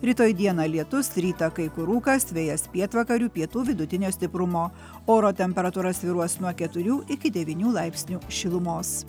rytoj dieną lietus rytą kai kur rūkas vėjas pietvakarių pietų vidutinio stiprumo oro temperatūra svyruos nuo keturių iki devynių laipsnių šilumos